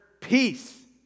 peace